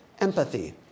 empathy